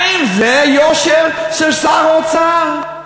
האם זה יושר של שר האוצר?